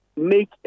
make